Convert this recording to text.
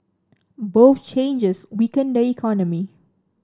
both changes weaken the economy